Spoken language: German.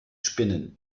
spinnen